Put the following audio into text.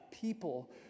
people